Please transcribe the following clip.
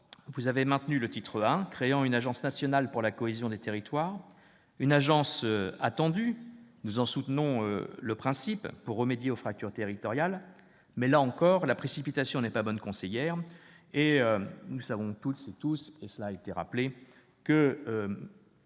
vous avez maintenu le titre I, créant une agence nationale pour la cohésion des territoires. Cette agence est attendue. Nous en soutenons le principe pour remédier aux fractures territoriales, mais, là encore, la précipitation n'est pas bonne conseillère et nous savons toutes et tous que le nouveau